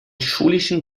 schulischen